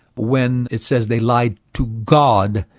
when it says they lied to god.